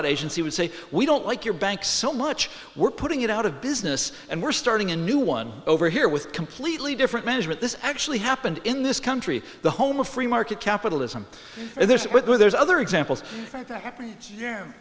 ut agency would say we don't like your banks so much we're putting it out of business and we're starting a new one over here with completely different management this actually happened in this country the home of free market capitalism and there's there's other examples like that happen